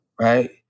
Right